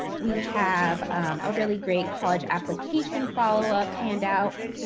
we have a really great college application follow-up handout.